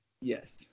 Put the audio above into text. Yes